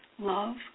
love